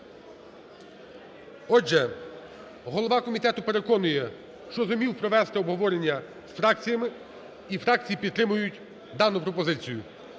Отже, голова комітету переконує, що зумів провести обговорення з фракціями і фракції підтримують дану пропозицію.